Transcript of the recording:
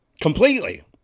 completely